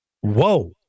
whoa